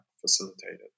facilitated